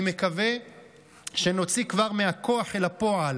אני מקווה שנוציא כבר מהכוח אל הפועל